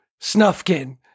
Snufkin